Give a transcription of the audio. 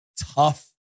tough